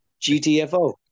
GTFO